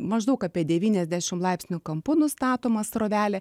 maždaug apie devyniasdešim laipsnių kampu nustatoma srovelė